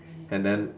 and then